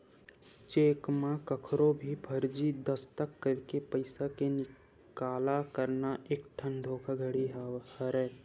cheque म कखरो भी फरजी दस्कत करके पइसा के निकाला करना एकठन धोखाघड़ी हरय